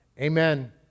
Amen